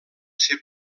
ser